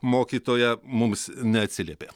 mokytoja mums neatsiliepė